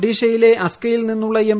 ഒഡീഷയിലെ അസ്ക്കയിൽ നിന്നുള്ള എം